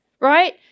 Right